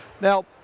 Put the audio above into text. Now